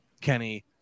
Kenny